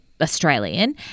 Australian